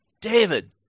David